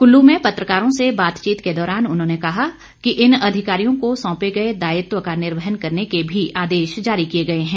कुल्लू में पत्रकारों से बातचीत के दौरान उन्होंने कहा कि इन अधिकारियों को सौंपे गए दायित्व का निर्वहन करने के भी आदेश जारी किए गए हैं